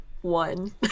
one